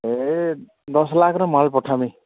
ଏ ଦଶ ଲାକ୍ଷର ମାଲ୍ ପଠାମି